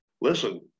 Listen